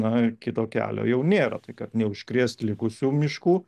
na kito kelio jau nėra tai kad neužkrėst likusių miškų